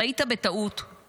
חיית בטעות.